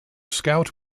scout